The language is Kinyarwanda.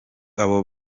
abo